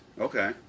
Okay